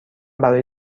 برای